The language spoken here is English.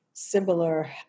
similar